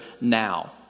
now